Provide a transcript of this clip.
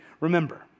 remember